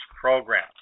program